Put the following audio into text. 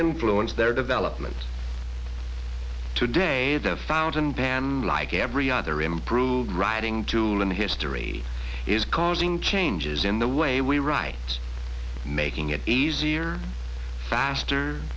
influenced their development today the fountain ban like every other improved writing tool in history is causing changes in the way we write making it easier faster